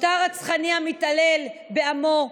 משטר רצחני המתעלל בעמו,